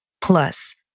Plus